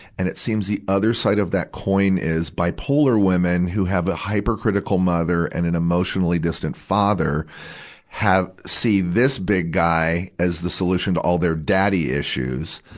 and it seems the other side of that coin is, bipolar women who have the hyper-critical mother and an emotionally distant father have, see this big guy as the solution to all their daddy issues.